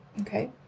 Okay